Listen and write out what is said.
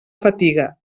fatiga